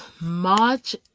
March